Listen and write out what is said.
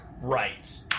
right